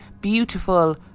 beautiful